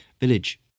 Village